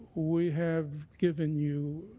we have given you